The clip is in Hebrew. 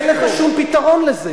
אין לך שום פתרון לזה.